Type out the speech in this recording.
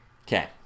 okay